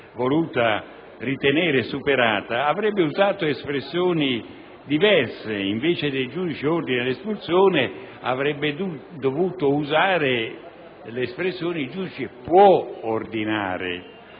voluta ritenere superata, avrebbe usato espressioni diverse. Invece che «il giudice ordina l'espulsione» avrebbe dovuto usare l'espressione «il giudice può ordinare